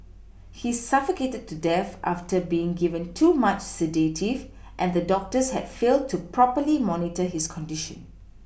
he suffocated to death after being given too much sedative and the doctors had failed to properly monitor his condition